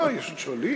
אה, יש עוד שואלים.